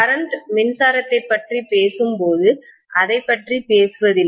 current மின்சாரத்தைப் பற்றி பேசும்போது அதைப் பற்றி பேசுவதில்லை